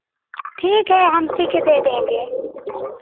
ठीक है हम सी कर दे देंगे